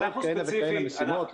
ועוד כהנה וכהנה משימות.